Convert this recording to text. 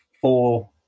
four